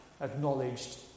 acknowledged